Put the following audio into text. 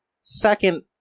second